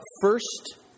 first